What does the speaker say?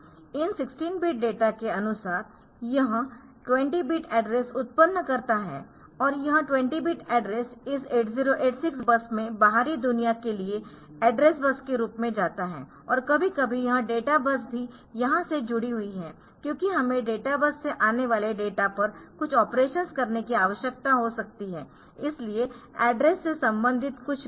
इन 16 bit data के अनुसार यह 20 बिट एड्रेस उत्पन्न करता है और यह 20 बिट एड्रेस इस 8086 बस में बाहरी दुनिया के लिए एड्रेसबस के रूप में जाता है और कभी कभी यह डेटा बस भी यहां से जुडी हुईहै क्योंकि हमें डेटा बस से आने वाले डेटा पर कुछ ऑपरेशन्स करने की आवश्यकता हो सकती है इसलिए एड्रेस से संबंधित कुछ गणना